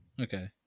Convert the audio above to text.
Okay